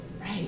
Right